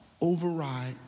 override